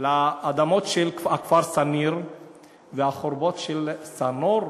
לאדמות של הכפר שא-נור והחורבות של שא-נור,